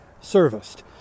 serviced